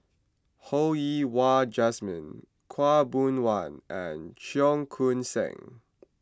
Ho Yen Wah Jesmine Khaw Boon Wan and Cheong Koon Seng